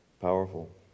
Powerful